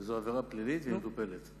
זאת עבירה פלילית, והיא מטופלת.